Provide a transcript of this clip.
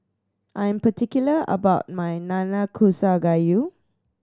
I'm particular about my Nanakusa Gayu